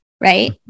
Right